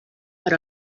per